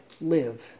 live